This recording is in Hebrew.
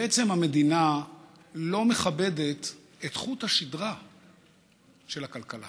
בעצם המדינה לא מכבדת את חוט השדרה של הכלכלה.